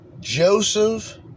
Joseph